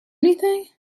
anything